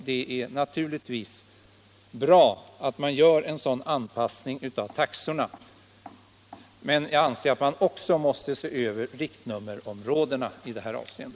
Det är naturligtvis bra att man gör en sådan anpassning av taxorna. Men jag anser att man också måste se över riktnummerområdena i detta avseende.